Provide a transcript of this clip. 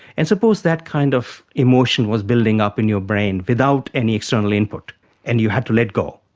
and suppose that kind of emotion was building up in your brain without any external input and you had to let go.